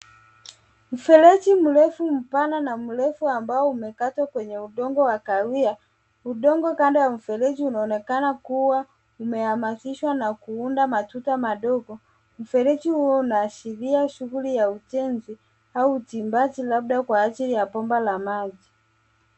Mfereji mrefu mpana na mrefu ambao umekata kwenye udongo wa kahawia. Udongo kando ya mfereji unaonekana kuwa umehamasishwa na kuunda matuta madogo. Mfereji huo unaashiria shughuli ya ujenzi au uchimbaji labda kwa ajili ya bomba la maji.